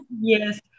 Yes